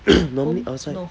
normally outside